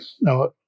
No